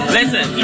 Listen